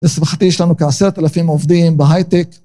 לשמחתי יש לנו כעשרת אלפים עובדים בהייטק.